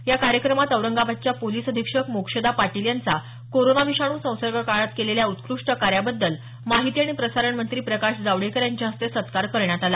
या कार्यक्रमात औरंगाबादच्या पोलीस अधीक्षक मोक्षदा पाटील यांचा कोरोना विषाणू संसर्ग काळात केलेल्या उत्कृष्ट कार्याबद्दल माहिती आणि प्रसारण मंत्री प्रकाश जावेडकर यांच्या हस्ते सत्कार करण्यात आला